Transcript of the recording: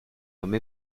homme